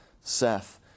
Seth